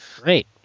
Great